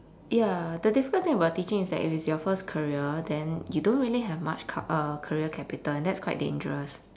ya the difficult thing about teaching is that if it is your first career then you don't really have much ca~ uh career capital and that's quite dangerous